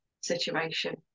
situation